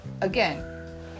Again